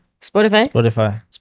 Spotify